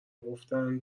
گفتن